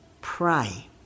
Pray